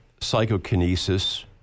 psychokinesis